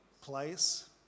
place